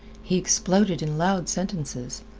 he exploded in loud sentences.